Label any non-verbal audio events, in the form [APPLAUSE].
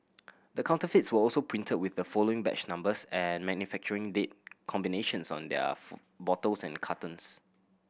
the counterfeits were also printed with the following batch numbers and manufacturing date combinations on their [UNINTELLIGIBLE] bottles and cartons